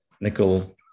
nickel